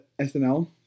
SNL